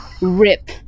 rip